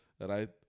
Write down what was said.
Right